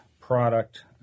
product